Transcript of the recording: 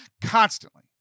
constantly